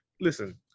listen